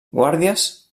guàrdies